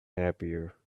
happier